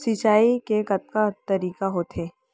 सिंचाई के कतका तरीक़ा होथे?